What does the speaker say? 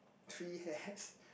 three hats